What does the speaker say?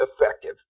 effective